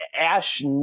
Ash